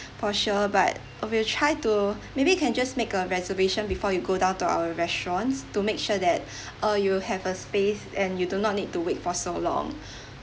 for sure but we will try to maybe you can just make a reservation before you go down to our restaurants to make sure that uh you will have a space and you do not need to wait for so long